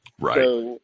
Right